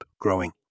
growing